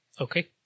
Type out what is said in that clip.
Okay